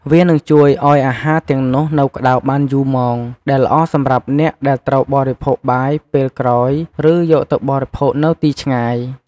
វានឹងជួយឲ្យអាហារទាំងនោះនៅក្ដៅបានយូរម៉ោង ដែលល្អសម្រាប់អ្នកដែលត្រូវបរិភោគបាយពេលក្រោយ ឬយកទៅបរិភោគនៅទីឆ្ងាយ។